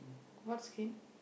what skin